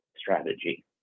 strategy